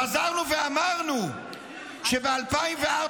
חזרנו ואמרנו שב-2004,